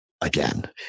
again